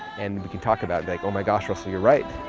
and we can talk about, like, oh my gosh, russell, you're right.